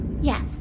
Yes